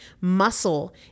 Muscle